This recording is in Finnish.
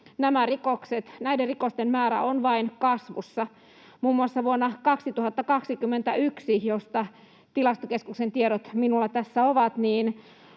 näiden rikosten määrä on vain kasvussa. Muun muassa vuonna 2021, josta Tilastokeskuksen tiedot minulla tässä ovat,